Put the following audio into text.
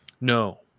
No